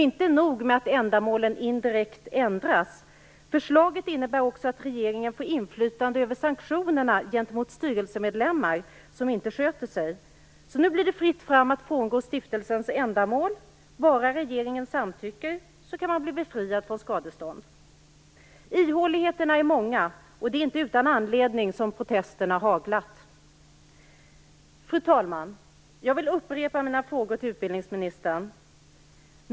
Inte nog med att ändamålen indirekt ändras, förslaget innebär också att regeringen får inflytande över sanktionerna gentemot styrelsemedlemmar som inte sköter sig. Nu blir det fritt fram att frångå stiftelsens ändamål. Bara regeringen samtycker kan man bli befriad från skadestånd. Ihåligheterna är många, och det är inte utan anledning som protesterna haglat. Fru talman! Jag vill upprepa mina frågor till utbildningsministern.